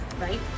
right